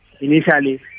initially